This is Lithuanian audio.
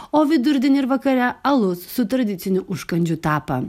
o vidurdienį ir vakare alus su tradiciniu užkandžiu tapa